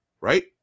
right